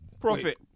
profit